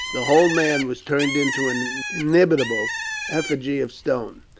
the whole man was turned into an inimitable effigy of stone.